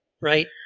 right